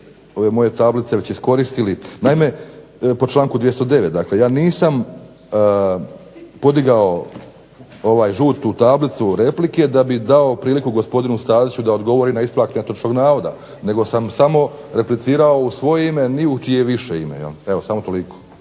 ove moje tablice već iskoristili. Naime, po članku 209. dakle ja nisam podigao ovaj žutu tablicu replike da bi dao priliku gospodinu Staziću da odgovori na ispravak netočnog navoda, nego sam samo reciplirao u svoje ime ni u čije više ime. Evo samo toliko.